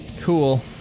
cool